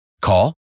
Call